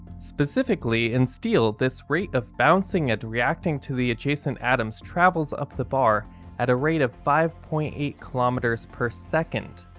specifically, in steel this rate of bouncing and reacting to the adjacent atoms travels up the bar at a rate of five point eight kilometers per second.